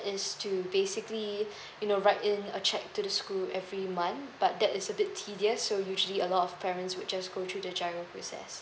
is to basically you know write in a cheque to the school every month but that is a bit tedious so usually a lot of parents would just go through the giro process